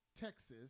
Texas